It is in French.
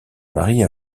marie